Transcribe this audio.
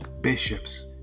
bishops